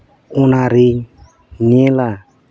ᱚᱱᱟᱨᱤᱧ ᱧᱮᱞᱟ